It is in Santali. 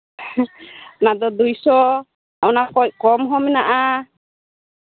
ᱚᱱᱟᱫᱚ ᱫᱩᱭ ᱥᱚ ᱚᱱᱟ ᱠᱷᱚᱡ ᱠᱚᱢᱦᱚᱸ ᱢᱮᱱᱟᱜᱼᱟ